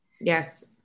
Yes